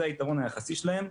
זה היתרון היחסי שלהם.